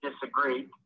Disagree